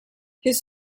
his